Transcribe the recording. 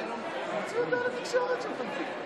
אלה תוצאות ההצבעה: